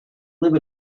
live